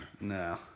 No